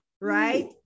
right